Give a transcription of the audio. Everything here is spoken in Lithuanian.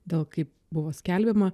dėl kaip buvo skelbiama